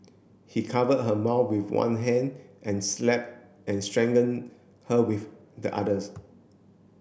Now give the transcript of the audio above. he covered her mouth with one hand and slapped and strangled her with the others